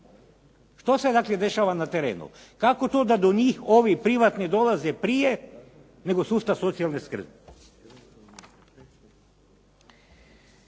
Što se dakle, dešava na terenu. Kako to da do njih ovi privatni dolaze prije nego sustav socijalne skrbi.